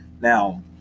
Now